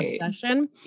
obsession